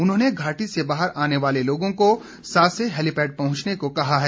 उन्होंने घाटी से बाहर आने वाले लोगों को सासे हैलीपैड पहुंचने को कहा है